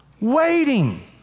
waiting